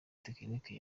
technique